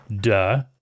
Duh